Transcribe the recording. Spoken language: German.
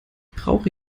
brauche